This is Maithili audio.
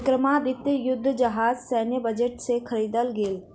विक्रमादित्य युद्ध जहाज सैन्य बजट से ख़रीदल गेल